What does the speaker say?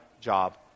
job